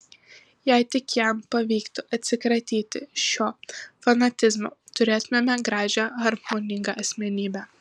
jei tik jam pavyktų atsikratyti šio fanatizmo turėtumėme gražią harmoningą asmenybę